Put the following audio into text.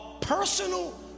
personal